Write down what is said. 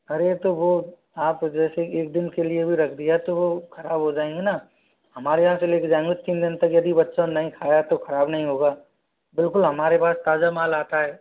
अरे तो वो आप जैसे एक दिन के लिए भी रख दिया तो वो खराब हो जाएँगे ना हमारे यहाँ से लेके जाएंगे तो तीन दिन तक यदि बच्चा नहीं खाया तो खराब नहीं होगा बिल्कुल हमारे पास ताजा माल आता है